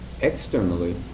externally